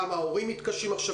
גם ההורים מתקשים עכשיו,